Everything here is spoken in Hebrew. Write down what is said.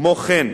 כמו כן,